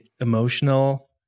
emotional